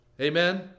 Amen